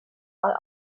mal